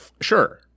sure